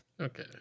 okay